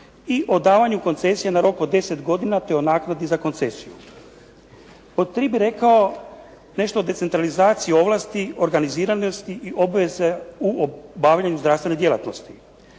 i o davanju koncesija na rok od 10 godina te o naknadi za koncesiju. Pod tri bi rekao nešto o decentralizaciji ovlasti, organiziranosti i obveze u obavljanju zdravstvene djelatnosti.